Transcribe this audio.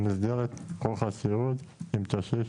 במסגרת כוח הסיעוד עם קשיש.